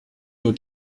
nur